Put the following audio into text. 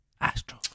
Astro